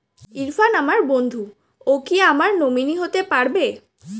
ইরফান আমার বন্ধু ও কি আমার নমিনি হতে পারবে?